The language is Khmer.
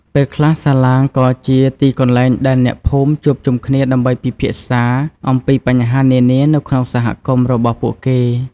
ពេលខ្លះសាឡាងក៏ជាទីកន្លែងដែលអ្នកភូមិជួបជុំគ្នាដើម្បីពិភាក្សាអំពីបញ្ហានានានៅក្នុងសហគមន៍របស់ពួកគេ។